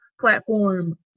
platform